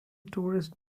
tourist